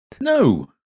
No